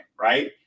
right